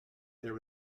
there